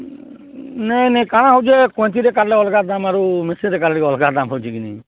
ନାଇ ନାଇ କା'ଣା ହେଉଛେ କି ଅଲ୍ଗା ଦାମ୍ ଆରୁ କାଟ୍ଲେ ଅଲ୍ଗା ଦାମ୍ ହେଉଛେ କି ନି